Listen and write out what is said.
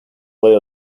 puede